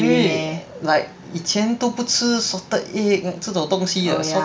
应为 like 以前都不吃 salted egg 这种东西的